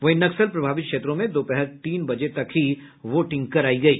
वहीं नक्सल प्रभावित क्षेत्रों में दोपहर तीन बजे तक ही वोटिंग करायी गयी